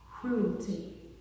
cruelty